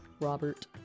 Robert